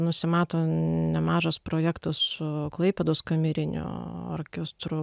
nusimato nemažas projektas su klaipėdos kamerinio orkestro